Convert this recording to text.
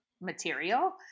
material